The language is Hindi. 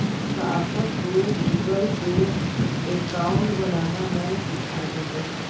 सार्थक को गूगलपे अकाउंट बनाना मैं सीखा दूंगा